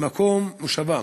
במקום מושבם.